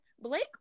Blake